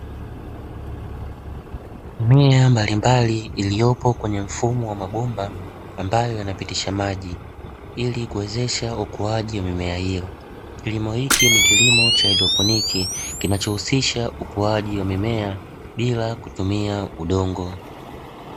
Mimea mbalimbali iliyoko kwenye mfumo wa mabomba, ambayo yanapitisha maji ili kuwezesha ukuaji wa mimea hiyo. Kilimo hiki ni kilimo cha haidroponi kinachohusisha ukuaji wa mimea, bila kutumia udongo.